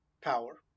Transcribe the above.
power